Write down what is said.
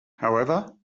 however